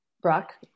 Brock